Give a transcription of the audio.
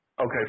okay